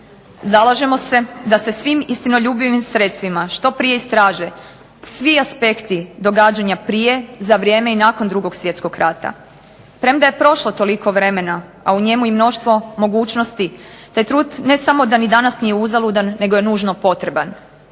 Zalažemo se da se svim istinoljubivim sredstvima što prije istraže svi aspekti događanja prije, za vrijeme i nakon Drugog svjetskog rata premda je prošlo toliko vremena, a u njemu i mnoštvo mogućnosti te trud ne samo da ni danas nije uzaludan nego je nužno potreban.